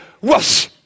whoosh